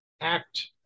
act